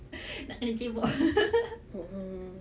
nak kena cebok